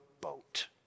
boat